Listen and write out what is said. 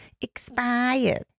expired